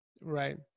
Right